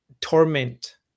torment